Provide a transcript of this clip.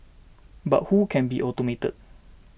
but who can be automated